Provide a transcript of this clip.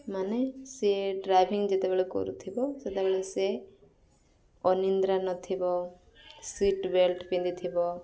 ମାନେ ସିଏ ଡ୍ରାଇଭିଂ ଯେତେବେଳେ କରୁଥିବ ସେତେବେଳେ ସିଏ ଅନିନ୍ଦ୍ରା ନଥିବ ସିଟ୍ ବେଲ୍ଟ ପିନ୍ଧିଥିବ